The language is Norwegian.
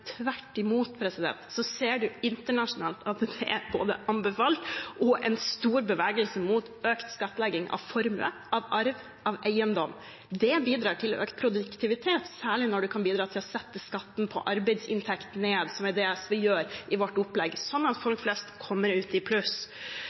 tvert imot. Internasjonalt ser en at det både er anbefalt og en stor bevegelse mot økt skattlegging av formue, av arv, av eiendom. Det bidrar til økt produktivitet, særlig når det kan bidra til å sette skatten på arbeidsinntekt ned, som er det SV gjør i sitt opplegg, slik at